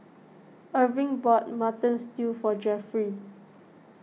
Erving bought Mutton Dtew for Jeffry